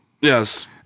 Yes